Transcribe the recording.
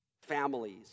families